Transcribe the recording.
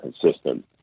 consistent